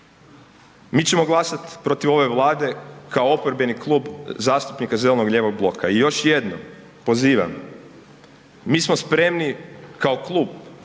mi ćemo glasat protiv ove vlade kao oporbeni Klub zastupnika Zeleno-lijevog bloka. I još jedno pozivam, mi smo spremni kao klub